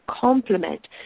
complement